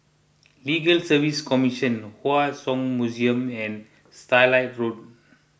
Legal Service Commission Hua Song Museum and Starlight Road